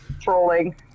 trolling